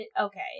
Okay